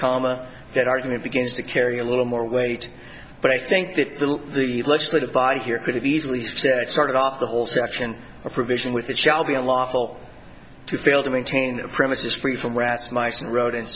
comma that argument begins to carry a little more weight but i think that the the legislative body here could have easily said it started off the whole section a provision which it shall be unlawful to fail to maintain the premises free from rats mice and ro